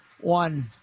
one